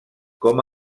com